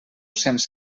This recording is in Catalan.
cents